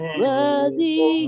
worthy